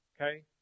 okay